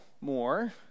more